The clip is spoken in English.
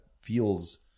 feels